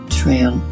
trail